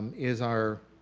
is our